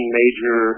major